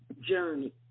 journey